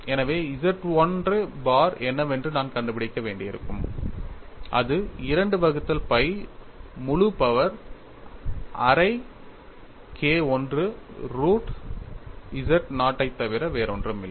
எனவே Z 1 bar என்னவென்று நான் கண்டுபிடிக்க வேண்டியிருக்கும் அது 2 வகுத்தல் pi முழு பவர் அரை K I ரூட் z0 ஐத் தவிர வேறொன்றுமில்லை